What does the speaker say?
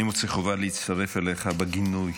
אני מוצא חובה להצטרף אליך בגינוי